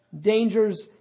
dangers